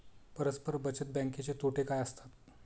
परस्पर बचत बँकेचे तोटे काय असतात?